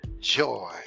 joy